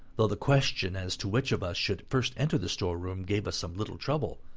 though the question as to which of us should first enter the store-room gave us some little trouble.